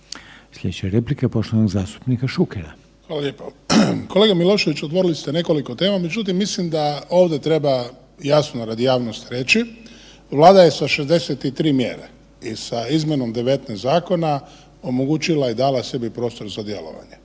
Slijedeća je replika poštovanog zastupnika Šukera. **Šuker, Ivan (HDZ)** Kolega Milošević otvorili ste nekoliko tema, međutim mislim da ovdje treba jasno radi javnosti reći, Vlada je sa 63 mjere i sa izmjenom 19 zakona omogućila i dala sebi prostor za djelovanje